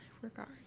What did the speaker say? regard